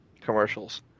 commercials